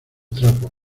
trapo